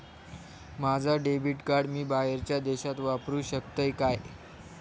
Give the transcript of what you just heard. माझा debit card मी बाहेरच्या देशात वापरू शकतय काय?